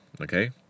Okay